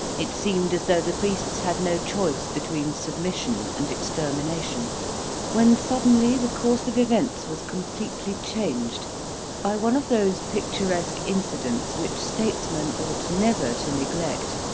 it seemed as though the priests had no choice between submission and extermination when suddenly the course of events was completely changed by one of those picturesque incidents which statesmen ought never to neglect,